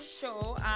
show